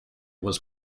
was